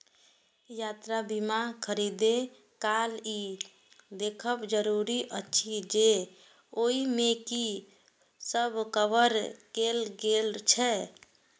यात्रा बीमा खरीदै काल ई देखब जरूरी अछि जे ओइ मे की सब कवर कैल गेल छै